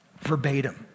verbatim